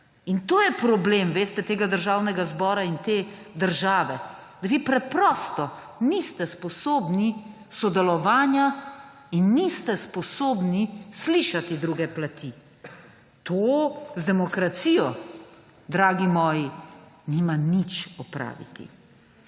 In to je problem tega državnega zbora in te države, da vi preprosto niste sposobni sodelovanja in niste sposobni slišati druge plati. To z demokracijo, dragi moji, nima nič opraviti.